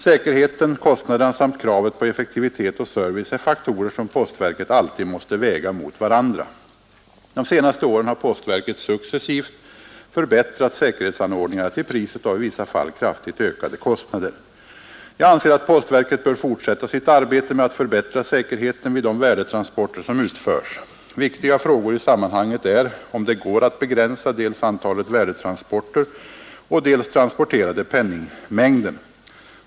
Säkerheten, kostnaderna samt kravet på effektivitet och service är faktorer som postverket alltid måste väga mot varandra. De senaste åren har postverket successivt förbättrat säkerhetsanordningarna till priset av i vissa fall kraftigt ökade kostnader. Jag anser att postverket bör fortsätta sitt arbete med att förbättra säkerheten vid de värdetransporter som utförs. Viktiga frågor i sammanhanget är om det går att begränsa dels antalet värdetransporter, dels den transporterade penningmängden.